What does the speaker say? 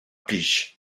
plij